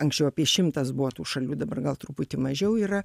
anksčiau apie šimtas buvo tų šalių dabar gal truputį mažiau yra